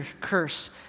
curse